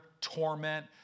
torment